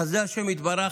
בחסדי השם יתברך,